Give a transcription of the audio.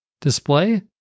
display